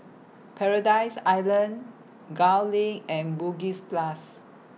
Paradise Island Gul LINK and Bugis Plus